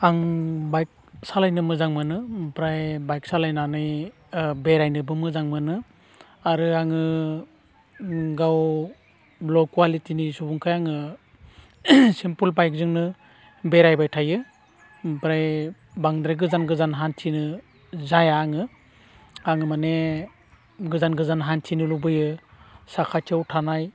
आं बाइक सालायनो मोजां मोनो ओमफ्राय बाइक सालायनानै बेरायनोबो मोजां मोनो आरो आङो गाव ल' कुवालिटिनि सुबुंखाय आङो सिमपोल बाइक जोंनो बेरायबाय थायो ओमफ्राय बांद्राय गोजान गोजान हान्थिनो जाया आङो आं माने गोजान गोजान हान्थिनो लुबैयो साखाथियाव थानाय